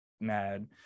mad